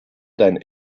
deinen